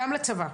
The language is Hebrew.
גם לצבא.